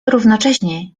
równocześnie